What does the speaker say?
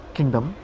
Kingdom